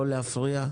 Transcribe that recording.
לא להפריע.